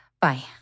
Bye